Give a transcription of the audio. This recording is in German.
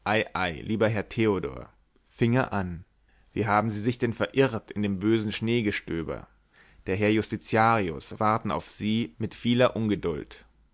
lieber herr theodor fing er an wie haben sie sich denn verirrt in dem bösen schneegestöber der herr justitiarius warten auf sie mit vieler ungeduld